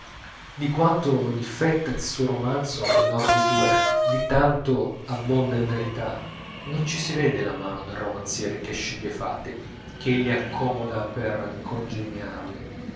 di quanto difetta il suo romanzo in orditura di tanto abbonda in verità non ci si vede la mano del romanziere che sceglie i fatti che li accomoda per congegnarli